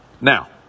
Now